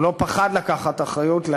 והוא לא פחד לקחת אחריות,